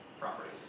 properties